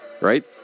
Right